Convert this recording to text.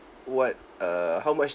what err how much